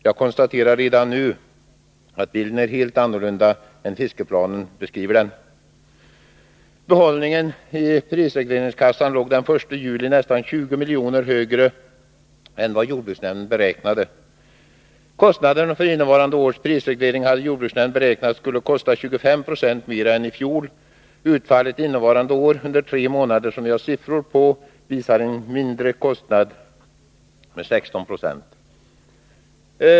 Jag konstaterar redan nu att bilden är helt annorlunda än fiskeplanen beskriver. Behållningen i prisregleringskassan låg den 1 juli nästan 20 miljoner högre än vad jordbruksnämnden hade beräknat. Kostnaden för innevarande års prisreglering hade jordbruksnämnden beräknat till 25 96 högre än i fjol. Utfallet innevarande år, under tre månader som vi har siffror på, är en minskad kostnad med 16 96.